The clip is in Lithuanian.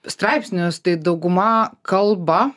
straipsnius tai dauguma kalba